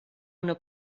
una